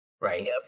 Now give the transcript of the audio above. right